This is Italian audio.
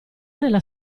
nella